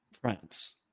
France